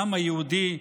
העם היהודי,